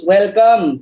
Welcome